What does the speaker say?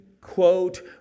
quote